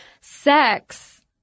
sex